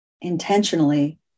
intentionally